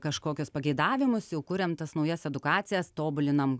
kažkokius pageidavimus jau kuriam tas naujas edukacijas tobulinam